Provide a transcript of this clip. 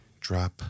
drop